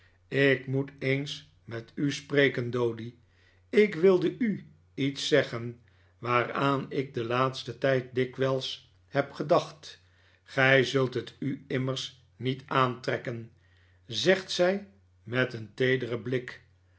ik moet eens met u spreken doady ik wilde u iets zeggen waaraan ik den laatsten tijd dikwijls heb gedacht gij zult het u immers niet aantrekken zegt zij met een teederen blik